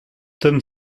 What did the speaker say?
tome